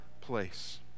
place